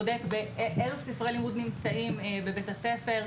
הוא בודק אלו ספרי לימוד נמצאים בבית הספר.